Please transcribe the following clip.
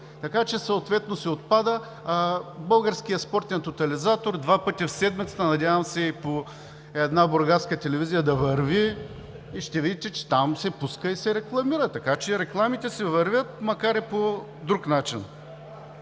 Така че съответно си отпада. А „Българският спортен тотализатор“ два пъти в седмицата, надявам се и по една бургаска телевизия да върви, и ще видите, че там се пуска и се рекламира. Така че рекламите си вървят, макар и по друг начин.